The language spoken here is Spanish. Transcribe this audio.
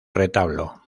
retablo